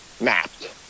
mapped